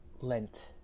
Lent